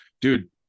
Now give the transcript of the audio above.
dude